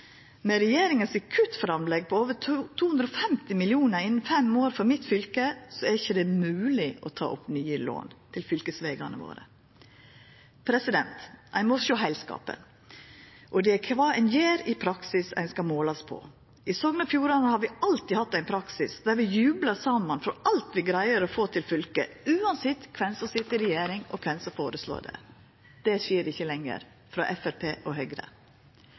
Med regjeringas kuttframlegg på over 250 mill. kr innan fem år for mitt fylke er det ikkje mogleg å ta opp nye lån til fylkesvegane våre. Ein må sjå heilskapen, og det er kva ein gjer i praksis, ein skal verta målt på. I Sogn og Fjordane har vi alltid hatt ein praksis der vi jublar saman for alt vi greier å få til i fylket, uansett kven som sit i regjering, og kven som føreslår det. Det skjer ikkje lenger – frå Framstegspartiet og Høgre.